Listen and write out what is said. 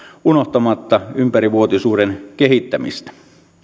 unohtamatta ympärivuotisuuden kehittämistä